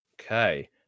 Okay